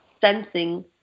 sensing